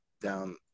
down